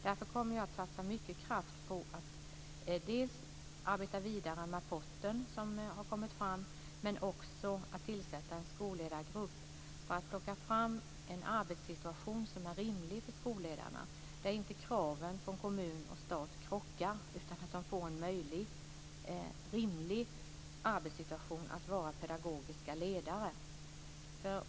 Därför kommer jag att satsa mycket kraft på att dels arbeta vidare med det som man i rapporten kommit fram till, dels tillsätta en skolledargrupp för att "plocka" fram en arbetssituation som är rimlig för skolledaren och där kraven från kommun och stat inte krockar utan där skolledarna får en rimlig arbetssituation för att vara pedagogiska ledare.